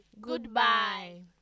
Goodbye